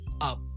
up